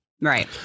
Right